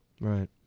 Right